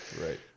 right